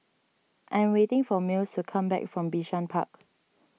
I am waiting for Mills to come back from Bishan Park